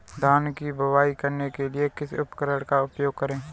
धान की बुवाई करने के लिए किस उपकरण का उपयोग करें?